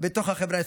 בתוך החברה הישראלית,